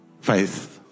faith